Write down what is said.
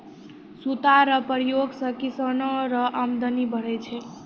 सूता रो प्रयोग से किसानो रो अमदनी बढ़ै छै